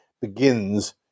begins